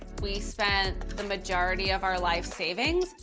we spent the majority of our life savings,